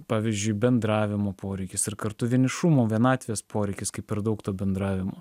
pavyzdžiui bendravimo poreikis ir kartu vienišumo vienatvės poreikis kaip per daug bendravimo